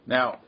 Now